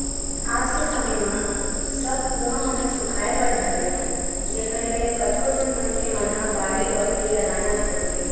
आज के समे म सब कुँआ मन ह सुखाय बर धर लेथे जेखर ले अब कतको झन मनखे मन ह बाड़ी बखरी लगाना छोड़ दिस